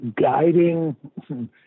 guiding